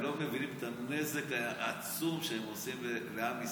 הם לא מבינים את הנזק העצום שהם עושים לעם ישראל.